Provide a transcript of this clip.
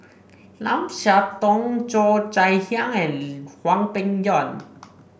Lim Siah Tong Cheo Chai Hiang and Hwang Peng Yuan